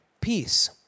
Peace